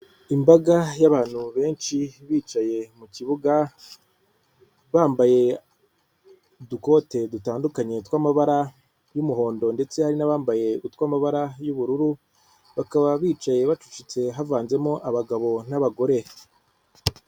Imbaga y'abantu benshi bicaye mu kibuga, bambaye udukote dutandukanye tw'amabara y'umuhondo ndetse hari n'abambaye utw'amabara y'ubururu, bakaba bicaye bacucitse havanzemo abagabo n'abagore.